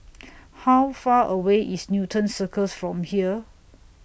How Far away IS Newton Circus from here